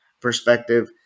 perspective